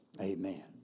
Amen